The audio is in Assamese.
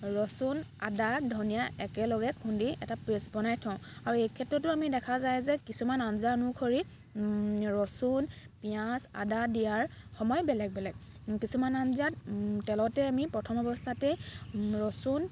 ৰচুন আদা ধনীয়া একেলগে খুন্দি এটা পেষ্ট বনাই থওঁ আৰু এই ক্ষেত্ৰতো আমি দেখা যায় যে কিছুমান আঞ্জা অনুসৰি ৰচুন পিঁয়াজ আদা দিয়াৰ সময় বেলেগ বেলেগ কিছুমান আঞ্জাত তেলতে আমি প্ৰথম অৱস্থাতে ৰচুন